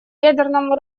ядерному